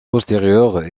postérieures